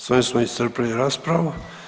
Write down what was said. S ovim smo iscrpili raspravu.